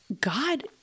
God